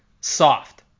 soft